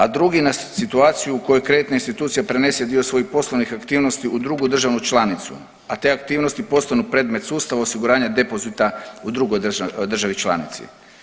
A drugi na situaciju u kojoj kreditna institucija prenese dio svojih poslovnih aktivnosti u drugu državnu članicu, a te aktivnosti postanu predmet sustava osiguranja depozita u drugoj državi članici.